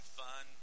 fun